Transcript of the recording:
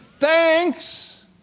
thanks